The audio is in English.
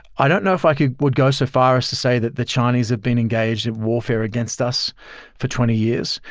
i don't know if i would go so far as to say that the chinese have been engaged in warfare against us for twenty years.